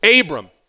Abram